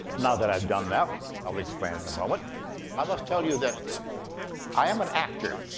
now that i've done that i'll explain it in a moment i must tell you that i am an actor.